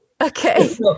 Okay